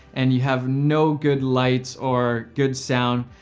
and you have no good lights or good sound,